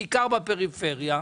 בעיקר בפריפריה.